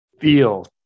Feel